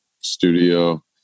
studio